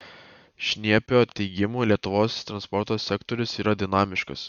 šniepio teigimu lietuvos transporto sektorius yra dinamiškas